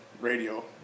radio